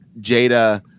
Jada